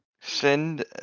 send